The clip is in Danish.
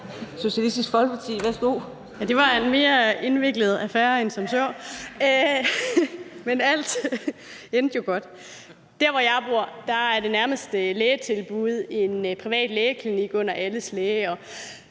Signe Munk (SF): Ja, det var en mere indviklet affære end som så, men alt endte jo godt. Der, hvor jeg bor, er det nærmeste lægetilbud en privat lægeklinik under alles Lægehus.